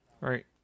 Right